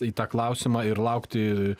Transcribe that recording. į tą klausimą ir laukti